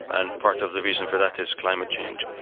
and part of the reason for that is climate change.